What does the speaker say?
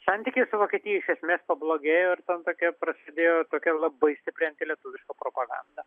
santykiai su vokietija iš esmės pablogėjo ir ten tokia prasidėjo tokia labai stipri antilietuviška propaganda